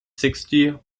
sixty